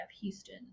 Houston